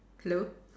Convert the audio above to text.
hello